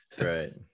right